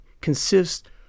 consists